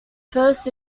first